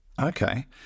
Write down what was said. Okay